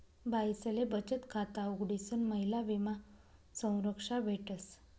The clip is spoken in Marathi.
बाईसले बचत खाता उघडीसन महिला विमा संरक्षा भेटस